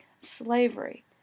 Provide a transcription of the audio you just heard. slavery